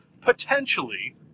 potentially